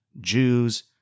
Jews